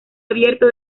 abierto